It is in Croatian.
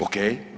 Ok.